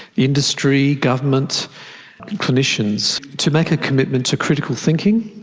industry, government and clinicians to make a commitment to critical thinking,